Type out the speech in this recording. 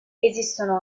esistono